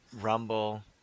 Rumble